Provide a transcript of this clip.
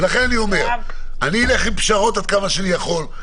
ולכן אני אומר: אני אלך עם פשרות עד כמה שאני יכול,